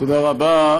תודה רבה.